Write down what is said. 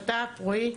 בט"פ, רועי?